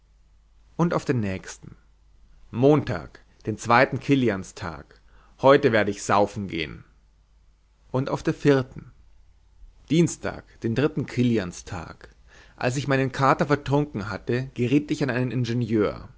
und auf der nächsten montag den zweiten kilianstag heute werde ich saufen gehn und auf der vierten dienstag den dritten kilianstag als ich meinen kater vertrunken hatte geriet ich an einen ingenieur